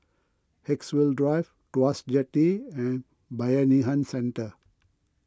Haigsville Drive Tuas Jetty and Bayanihan Centre